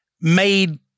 made